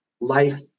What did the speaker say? life